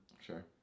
Sure